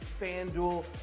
FanDuel